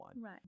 Right